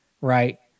right